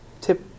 tip